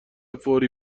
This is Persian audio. فوری